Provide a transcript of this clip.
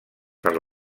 per